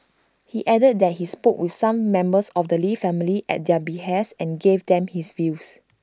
he added that he spoke with some members of the lee family at their behest and gave them his views